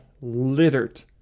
littered